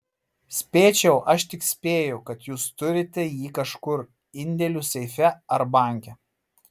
spėčiau aš tik spėju kad jūs turite jį kažkur indėlių seife ar banke